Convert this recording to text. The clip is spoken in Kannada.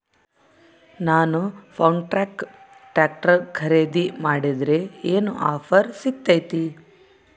ನಾನು ಫರ್ಮ್ಟ್ರಾಕ್ ಟ್ರಾಕ್ಟರ್ ಖರೇದಿ ಮಾಡಿದ್ರೆ ಏನು ಆಫರ್ ಸಿಗ್ತೈತಿ?